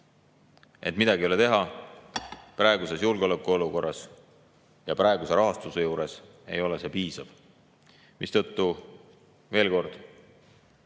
Ent midagi ei ole teha, praeguses julgeolekuolukorras ja praeguse rahastuse juures ei ole see piisav. Seetõttu, veel kord,